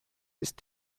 ist